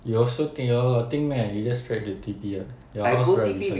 you also think a lot you got think meh you just straight T_P [what] your house just beside